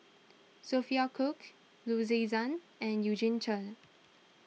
Sophia Cooke Loo Zihan and Eugene Chen